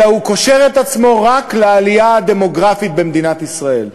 אלא הוא קושר את עצמו רק לעלייה הדמוגרפית במדינת ישראל.